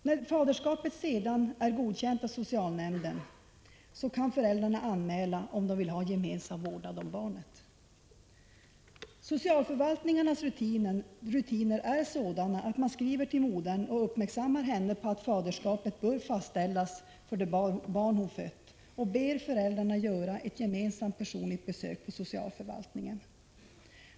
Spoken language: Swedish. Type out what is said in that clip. När faderskapet sedan godkänts av socialnämnden kan föräldrarna anmäla om de vill ha gemensam vårdnad om barnet. Socialförvaltningens rutiner är sådana att man skriver till modern och uppmärksammar henne på att faderskapet bör fastställas för det barn hon fött och ber föräldrarna göra ett gemensamt personligt besök på socialförvaltningen.